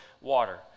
water